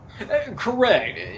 Correct